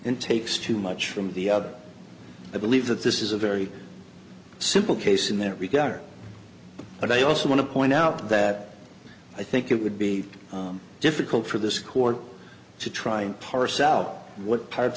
and takes too much from the other i believe that this is a very simple case in that regard but i also want to point out that i think it would be difficult for this court to try and parse out what parts